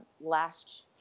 last